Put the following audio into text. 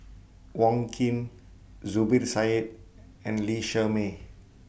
Wong Keen Zubir Said and Lee Shermay